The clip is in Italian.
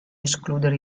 escludere